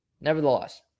nevertheless